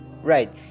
right